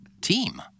team